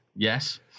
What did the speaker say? Yes